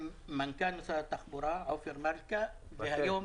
עם מנכ"ל משרד התחבורה עופר מלכה והיום